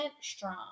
strong